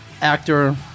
actor